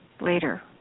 later